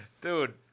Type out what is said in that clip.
Dude